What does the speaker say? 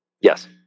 Yes